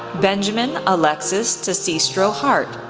benjamin alexis tasistro-hart,